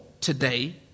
today